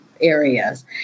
areas